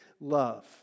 love